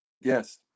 Yes